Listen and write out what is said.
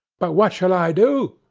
but what shall i do?